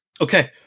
okay